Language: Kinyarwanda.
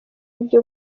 ibyo